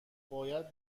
باید